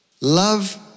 Love